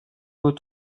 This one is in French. vous